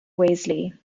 wesley